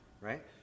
right